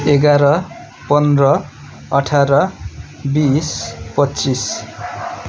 एघार पन्ध्र अठार बिस पच्चिस